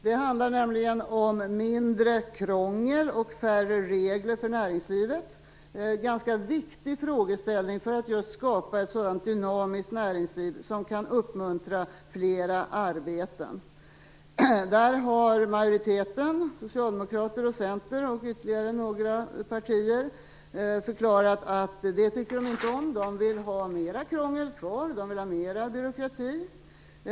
Det handlar om mindre krångel och färre regler för näringslivet, en ganska viktig frågeställning för att skapa ett sådant dynamiskt näringsliv som kan uppmuntra till flera arbeten. Där har majoriteten, Socialdemokraterna, Centern och ytterligare några partier, förklarat att de inte tycker om detta. De vill ha kvar mera krångel och mera byråkrati.